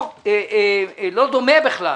לא דומה בכלל